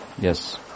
Yes